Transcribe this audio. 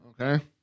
Okay